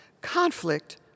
conflict